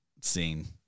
scene